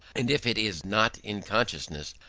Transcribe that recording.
and if it is not in consciousness,